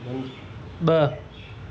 ब॒